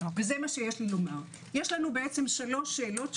יש שלוש שאלות,